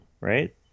Right